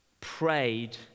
prayed